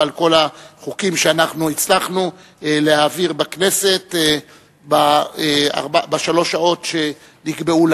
ועל כל החוקים שהצלחנו להעביר בכנסת בשלוש השעות שנקבעו